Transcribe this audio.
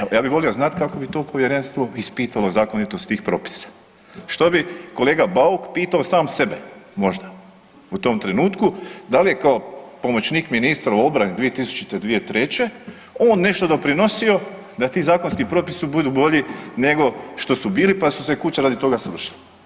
Evo ja bih volio znati kako bi to povjerenstvo ispitalo zakonitost tih propisa, što bi kolega Bauk pitao sam sebe možda u tom trenutku, da li je kao pomoćnik ministra u obrani 2000.-2003. on nešto doprinosio da ti zakonski propisi budu bolji nego što su bili pa su se kuće radi toga srušile.